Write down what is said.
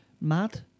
mad